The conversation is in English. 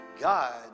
God